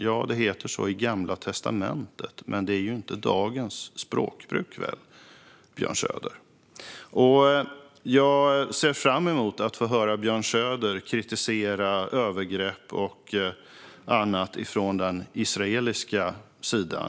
Ja, det heter så i Gamla testamentet, men det är väl inte dagens språkbruk, Björn Söder. Jag ser fram emot att få höra Björn Söder kritisera övergrepp och annat från den israeliska sidan.